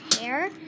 hair